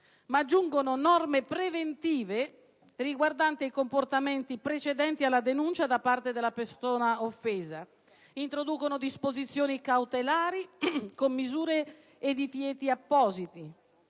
ma aggiungono norme preventive riguardanti comportamenti precedenti alla denuncia da parte della persona offesa, introducono disposizioni cautelari con misure e divieti appositi,